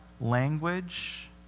language